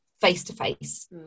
face-to-face